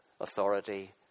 authority